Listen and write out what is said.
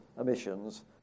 emissions